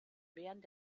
während